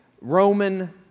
Roman